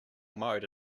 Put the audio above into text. mode